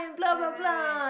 right right right